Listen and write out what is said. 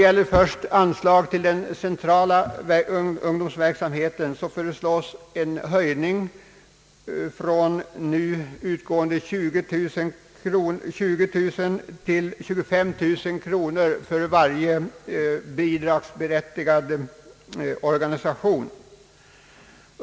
I fråga om den centrala ungdomsverksamheten föreslås en höjning av anslaget från nu utgående 20 000 kro-: nor till 25 000 kronor för varje bidragsberättigad organisation.